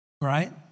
Right